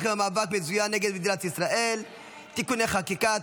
במאבק מזוין נגד מדינת ישראל (תיקוני חקיקה),